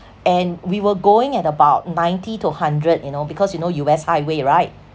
and we were going at about ninety to hundred you know because you know U_S highway right